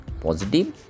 positive